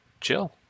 Chill